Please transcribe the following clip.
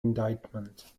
indictment